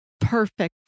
perfect